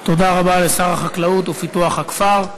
תודה רבה לשר החקלאות ופיתוח הכפר.